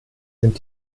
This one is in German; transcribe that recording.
sind